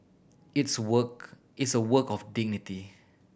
it's work it's a work of dignity